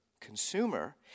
consumer